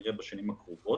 נראה בשנים הקרובות.